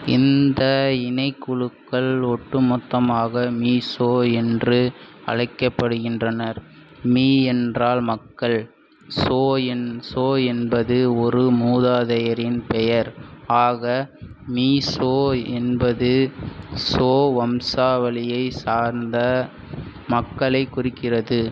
இந்த இணை குழுக்கள் ஒட்டுமொத்தமாக மிசோ என்று அழைக்கப்படுகின்றனர் மி என்றால் மக்கள் சோ என் சோ என்பது ஒரு மூதாதையரின் பெயர் ஆக மீசோ என்பது சோ வம்சாவளியைச் சார்ந்த மக்களைக் குறிக்கிறது